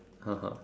(uh huh)